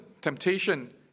temptation